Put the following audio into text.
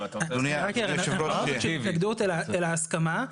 לא התנגדות אלא הסכמה.